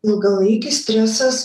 ilgalaikis stresas